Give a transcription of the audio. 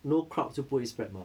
no crowd 就不会 spread mah